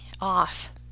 off